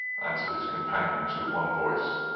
answered his companions with one voice.